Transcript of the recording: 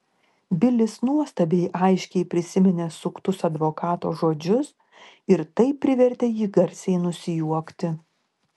bilis nuostabiai aiškiai prisiminė suktus advokato žodžius ir tai privertė jį garsiai nusijuokti